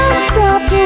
stop